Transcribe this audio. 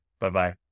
Bye-bye